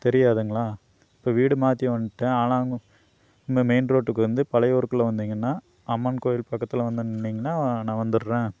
தெரியாதுங்களா இப்போ வீடு மாற்றி வந்துட்டேன் ஆலாங்கு மெ மெயின் ரோட்டுக்கு வந்து பழையூருக்குள்ளே வந்தீங்கன்னா அம்மன் கோயில் பக்கத்தில் வந்து நின்னிங்கன்னா நான் வந்துடுறேன்